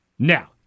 Now